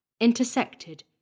intersected